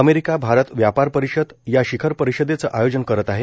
America Bharat व्यापार परिषद या शिखर परिषदेचे आयोजन करत आहे